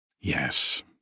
Yes